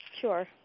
Sure